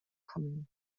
kommen